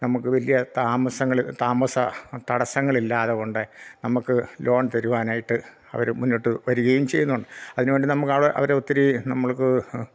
നമുക്ക് വലിയ താമസങ്ങൾ താമസ തടസ്സങ്ങളില്ലാത കൊണ്ട് നമുക്ക് ലോൺ തരുവാനായിട്ട് അവർ മുന്നോട്ട് വരികയും ചെയ്യുന്നുണ്ട് അതിന് വേണ്ടി നമുക്ക് അവരെ ഒത്തിരി നമ്മൾക്ക്